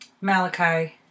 Malachi